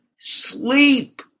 sleep